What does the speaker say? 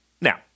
Now